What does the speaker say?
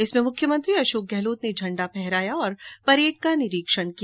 जिसमें मुख्यमंत्री अशोक गहलोत ने झण्डा फहराया और परेड का निरीक्षण किया